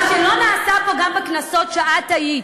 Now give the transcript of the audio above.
מה שלא נעשה פה גם בכנסות שאת היית,